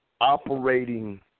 operating